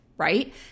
right